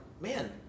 man